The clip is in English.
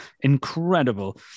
incredible